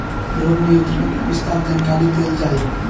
रोग नियंत्रण के विस्तार जानकरी देल जाई?